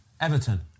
Everton